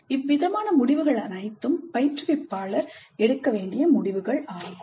இவ்விதமான முடிவுகள் அனைத்தும் பயிற்றுவிப்பாளர் எடுக்க வேண்டிய முடிவுகள் ஆகும்